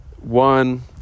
one